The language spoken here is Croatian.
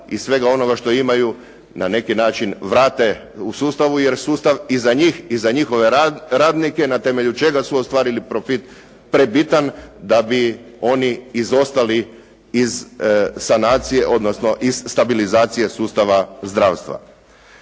i svega onoga što imaju na neki način vrate u sustavu, jer sustav i za njih i za njihove radnike na temelju čega su ostvarili profit pre bitan da bi oni izostali iz sanacije, odnosno iz stabilizacije sustava zdravstva.